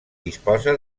disposa